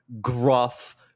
gruff